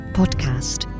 podcast